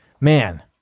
man